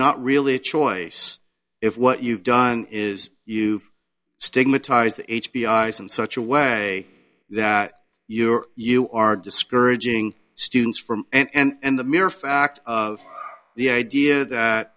not really a choice if what you've done is you've stigmatized h b ice in such a way that you're you are discouraging students from and the mere fact of the idea that